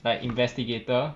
like investigator